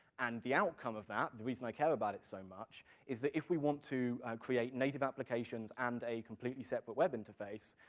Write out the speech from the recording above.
and the outcome of that, the reason i care about it so much, is that if we want to create native applications and a completely separate web interface,